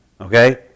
okay